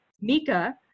Mika